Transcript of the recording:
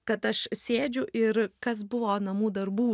kad aš sėdžiu ir kas buvo namų darbų